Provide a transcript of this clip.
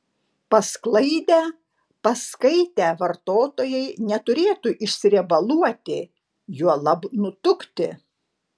pasklaidę paskaitę vartotojai neturėtų išsiriebaluoti juolab nutukti